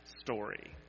story